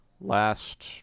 last